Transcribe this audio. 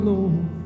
Lord